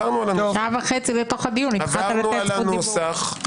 עברנו על הנוסח.